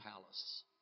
Palace